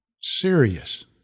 serious